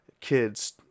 kids